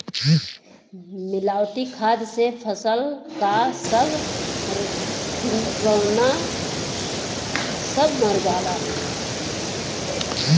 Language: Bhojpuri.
मिलावटी खाद से फसल क सब किरौना सब मर जाला